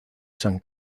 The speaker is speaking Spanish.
san